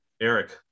Eric